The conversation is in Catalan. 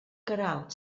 queralt